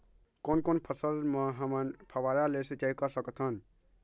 कोन कोन फसल म हमन फव्वारा ले सिचाई कर सकत हन?